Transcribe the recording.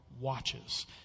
watches